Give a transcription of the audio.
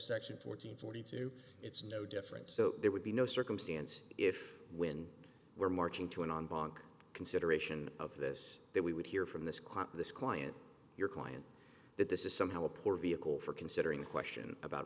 section fourteen forty two it's no different so there would be no circumstance if when we're marching to an on bank consideration of this that we would hear from this quantum this client your client that this is somehow a poor vehicle for considering a question about